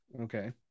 Okay